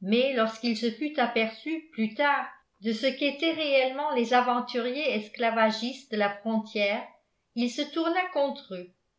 mais lorsqu'il se fut aperçu plus tard de ce qu'étaient réellement les aventuriers exclavagistes de la frontière il se tourna contre eux